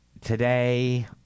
today